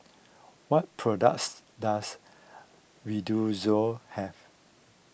what products does Redoxon have